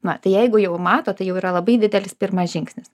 na tai jeigu jau mato tai jau yra labai didelis pirmas žingsnis